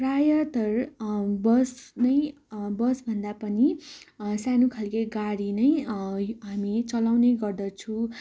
प्रायतर bus नै बसभन्दा पनि सानो खाल्के गाडी नै हामी चलाउने गर्दछु